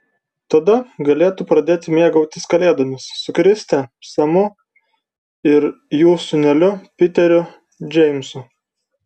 tada galėtų pradėti mėgautis kalėdomis su kriste semu ir jų sūneliu piteriu džeimsu